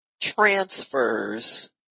transfers